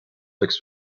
läks